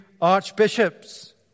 archbishops